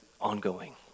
ongoing